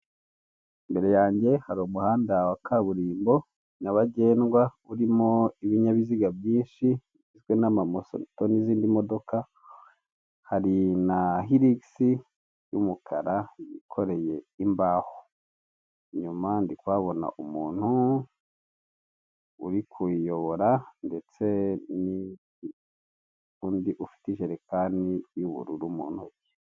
Mbere yajye harumuhanda wa kaburimbo nyabagerwa urimo ibinyabiza byinshi bigizwe na mamoto ndeste nizindi modoka , hari na hilix yumukara yikoreye imbaho inyuma ndikuhabona umuntu urikuyiyobora ndetse nundi ufite injerekani yubururu muntoki.